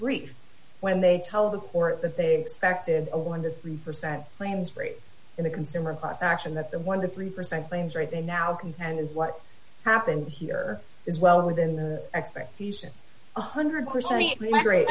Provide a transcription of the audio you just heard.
brief when they tell the court that they expected a one to three percent claims rate in a consumer class action that the one to three percent claims rate they now contend is what happened here is well within the expectations one hundred percent migrate